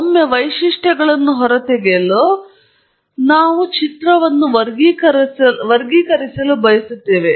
ಒಮ್ಮೆ ನಾವು ವೈಶಿಷ್ಟ್ಯಗಳನ್ನು ಹೊರತೆಗೆಯಲು ನಾವು ಚಿತ್ರವನ್ನು ವರ್ಗೀಕರಿಸಲು ಬಯಸುತ್ತೇವೆ